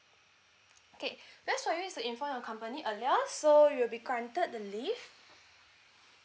okay best for you to inform your company earlier so you'll be granted the leave